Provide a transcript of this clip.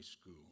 school